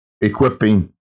equipping